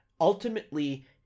ultimately